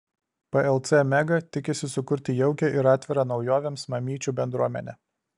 plc mega tikisi sukurti jaukią ir atvirą naujovėms mamyčių bendruomenę